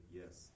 yes